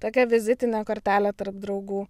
tokia vizitinė kortelė tarp draugų